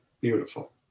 Beautiful